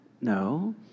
No